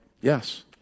yes